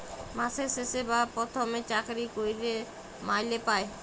মাসের শেষে বা পথমে চাকরি ক্যইরে মাইলে পায়